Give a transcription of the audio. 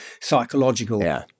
psychological